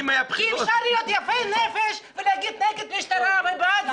אי אפשר להיות יפה נפש ולהגיד נגד משטרה ובעד